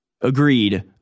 agreed